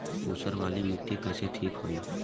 ऊसर वाली मिट्टी कईसे ठीक होई?